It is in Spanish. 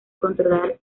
controlar